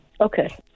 Okay